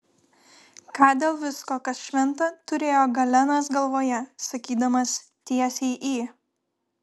ką dėl visko kas šventa turėjo galenas galvoje sakydamas tiesiai į